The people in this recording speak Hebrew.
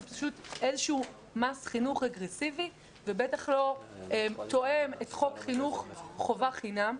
כי זה איזשהו מס חינוך רגרסיבי ובטח לא תואם את חוק חינוך חובה חינם.